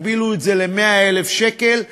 הגבילו את זה ל-100,000 שקלים,